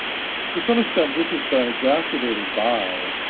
to some extent, this has been exacerbated by